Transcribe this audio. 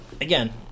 again